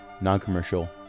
non-commercial